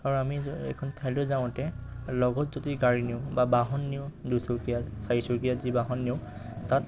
আৰু আমি এখন ঠাইলৈ যাওঁতে লগত যদি গাড়ী নিওঁ বা বাহন নিওঁ দুচকীয়া চাৰিচকীয়া যি বাহন নিওঁ তাত